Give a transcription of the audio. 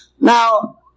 Now